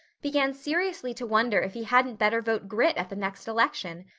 began seriously to wonder if he hadn't better vote grit at the next election.